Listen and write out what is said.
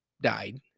died